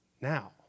now